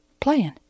playing